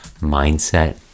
mindset